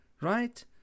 Right